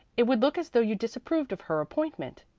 it would look as though you disapproved of her appointment.